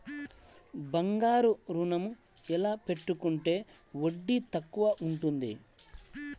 బంగారు ఋణం ఎలా పెట్టుకుంటే వడ్డీ తక్కువ ఉంటుంది?